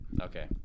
Okay